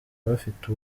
bafite